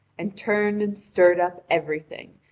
and turned and stirred up everything,